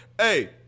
hey